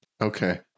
Okay